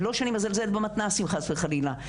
לא שאני מזלזלת במתנ"סים חס וחלילה,